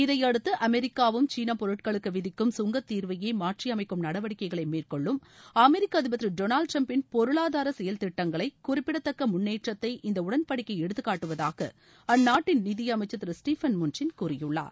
இதையடுத்து அமெரிக்காவும் சீனப்பொருட்களுக்கு விதிக்கும் சுங்கத்தீர்வையே மாற்றி அமைக்கும் நடவடிக்கைகளை மேற்கொள்ளும் அமெரிக்க அதிபர் திரு டொனால்டு டிரம்பின் பொருளாதார செயல் திட்டங்களை குறிப்பிடதக்க முன்னேற்றத்தை இந்த உடன்படிக்கை எடுத்துக்காட்டுவதாக அந்நாட்டின் நிதியமைச்சர் திரு ஸ்டீவன் முன்ச்சின் கூறியுள்ளார்